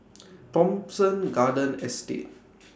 Thomson Garden Estate